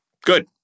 Good